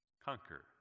Conquer